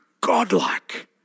Godlike